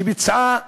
שביצעה